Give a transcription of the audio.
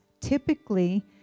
typically